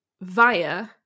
via